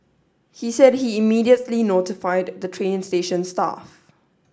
he said he immediately notified the train station staff